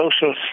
social